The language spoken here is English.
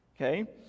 Okay